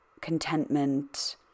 contentment